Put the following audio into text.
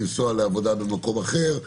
לנסוע לעבודה במקום אחר,